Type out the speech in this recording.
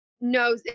No